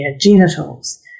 genitals